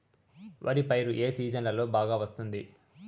వరి పైరు ఏ సీజన్లలో బాగా వస్తుంది